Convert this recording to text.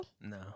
No